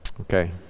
Okay